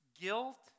Guilt